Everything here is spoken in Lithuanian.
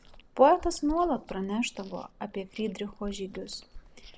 poetas nuolat pranešdavo apie frydricho žygius